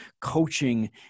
coaching